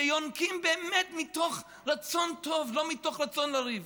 שיונקים באמת מתוך רצון טוב לא מתוך רצון לריב,